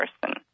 person